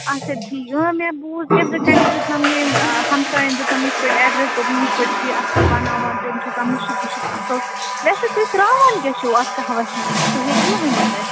اَچھا ٹھیٖک مےٚ بوٗز نیٚبرٕ کَنی دیُتنم ییٚمۍ ہمساین دیُتنم یِتھ پٲٹھۍ اٮ۪ڈرس دوٚپُن یِتھ پٲٹھۍ چھُ یہِ اصٕل بناوان تہِ أمِس چھُ آسان مُشُک وُشک اصٕل ویسے تُہۍ ترٛوان کیٛاہ چھُو اَتھ کہوس منٛز تُہۍ ہیٚکوٕ ؤنِتھ اَسہِ